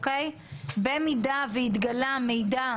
במידה והתגלה מידע